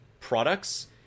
products